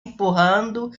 empurrando